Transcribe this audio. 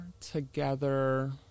together